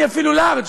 אני אפילו לארג',